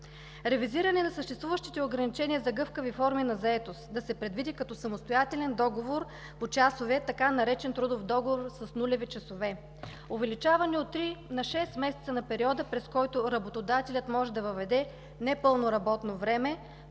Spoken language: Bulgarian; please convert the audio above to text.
ревизиране на съществуващите ограничения за гъвкави форми на заетост – да се предвиди като самостоятелен договор почасовият, така наречен „трудов договор с нулеви часове“; увеличаване от три на шест месеца на периода, през който работодателят може да въведе непълно работно време